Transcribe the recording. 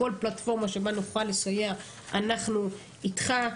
כל פלטפורמה שבה נוכל לסייע אנחנו איתך.